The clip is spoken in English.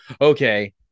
okay